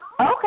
Okay